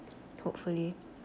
hopefully